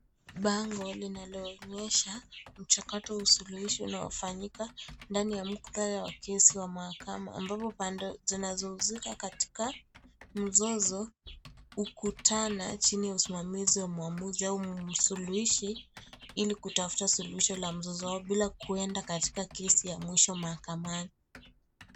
Bango linaloonyesha mchakato au suluhisho unaofanyika ndani ya ofisi ya maakama, ambapo pande zinazohusika katika mzozo, hukutana chini ya msimamizi wa mwamuzi au msuluhishi Ili kutafuta suluhisho la mzozo wao bila kuenda katika kesi ya mwisho mahakamani.